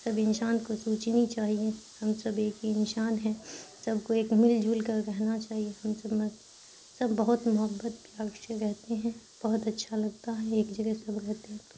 سب انسان کو سوچنی چاہیں ہم سب ایک ہی انسان ہیں سب کو ایک مل جل کر رہنا چاہیے ہم سب سب بہت محبت پیال سے رہتے ہیں بہت اچھا لگتا ہے ایک جگہ سب رہتے ہیں تو